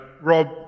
Rob